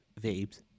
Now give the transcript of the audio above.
vapes